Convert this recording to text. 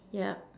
yup